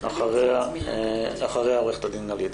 ואחריה עו"ד גלי עציון.